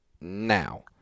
now